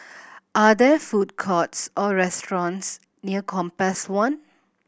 are there food courts or restaurants near Compass One